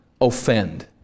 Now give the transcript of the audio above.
offend